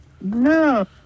no